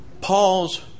Paul's